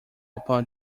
upon